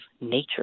nature